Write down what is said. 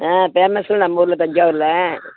ஆ famous நம்ம ஊரில் தஞ்சாவூரில்